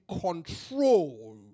control